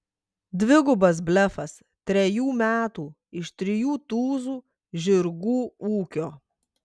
dvigubas blefas trejų metų iš trijų tūzų žirgų ūkio